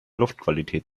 luftqualität